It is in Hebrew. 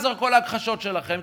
ולא יעזרו כל ההכחשות שלכם,